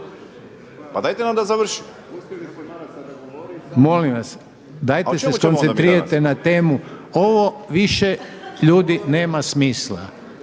Željko (HDZ)** Molim vas dajte se skoncentrirajte na temu. Ovo više ljudi nema smisla.